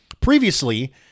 Previously